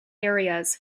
areas